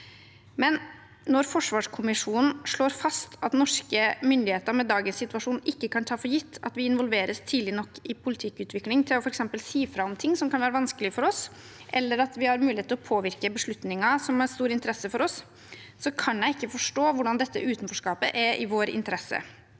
Når forsvarskommisjonen slår fast at norske myndigheter med dagens situasjon ikke kan ta for gitt at vi involveres tidlig nok i politikkutvikling til f.eks. å si fra om ting som kan være vanskelig for oss, eller at vi har mulighet til å påvirke beslutninger som har stor interesse for oss, kan jeg likevel ikke forstå hvordan dette utenforskapet er i vår interesse.